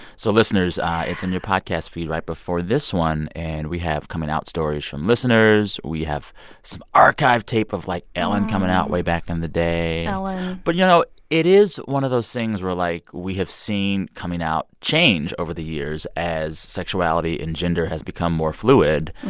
so listeners it's a new podcast feed right before this one. and we have coming-out stories from listeners. we have some archived tape of, like, ellen coming out way back in the day ellen but, you know, it is one of those things where, like, we have seen coming out change over the years as sexuality and gender has become more fluid.